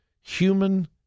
human